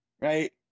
right